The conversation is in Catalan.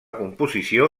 composició